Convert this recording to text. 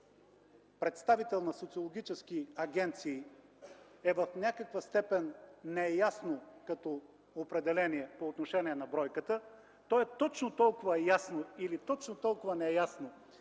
„представител на социологическа агенция” е в някаква степен неясно като определение по отношение на бройката, то е точно толкова ясно или неясно,